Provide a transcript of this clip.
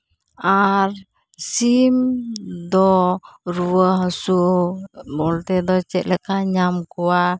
ᱟᱨ ᱥᱤᱢ ᱫᱚ ᱨᱩᱣᱟᱹ ᱦᱟᱹᱥᱩ ᱢᱚᱫᱽᱫᱷᱮ ᱫᱚ ᱪᱮᱫᱞᱮᱠᱟ ᱧᱟᱢ ᱠᱚᱣᱟ